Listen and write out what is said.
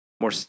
More